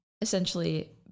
Essentially